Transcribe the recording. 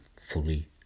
fully